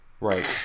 Right